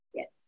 Yes